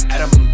Adam